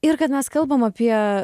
ir kad mes kalbam apie